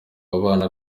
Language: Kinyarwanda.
abana